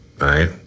Right